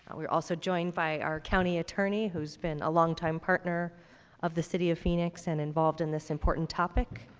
we're also joined by our county attorney who has been a long-time partner of the city of phoenix and involved in this important topic.